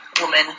woman